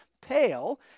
pale